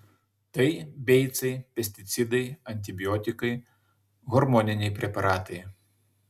tai beicai pesticidai antibiotikai hormoniniai preparatai